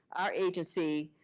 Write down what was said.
our agency,